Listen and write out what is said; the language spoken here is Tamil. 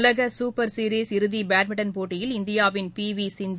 உலக சூப்பர் சீரிஸ் இறுதி பேட்மின்டன் போட்டியில் இந்தியாவின் பி வி சிந்து